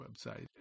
website